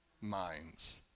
minds